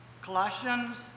Colossians